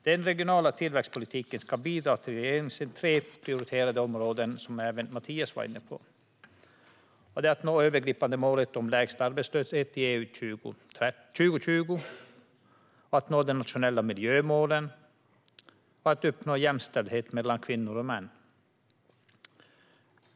Den regionala tillväxtpolitiken ska bidra till regeringens tre prioriterade områden, som även Mattias var inne på: att nå det övergripande målet om lägst arbetslöshet i EU 2020, att nå de nationella miljömålen och att uppnå jämställdhet mellan kvinnor och män.